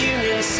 Union